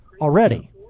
already